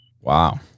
Wow